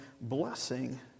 blessing